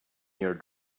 your